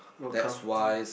look how